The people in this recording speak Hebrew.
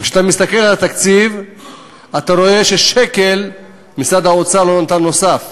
וכשאתה מסתכל על התקציב אתה רואה שמשרד האוצר לא נתן שקל נוסף.